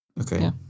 Okay